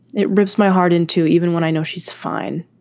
it rips my heart into even when i know she's fine.